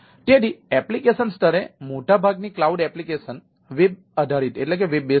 તેથી એપ્લિકેશન સ્તરે મોટાભાગની ક્લાઉડ એપ્લિકેશનો છે